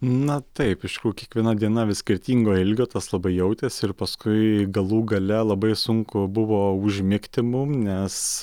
na taip iš tikrųjų kiekviena diena vis skirtingo ilgio tas labai jautėsi ir paskui galų gale labai sunku buvo užmigti mum nes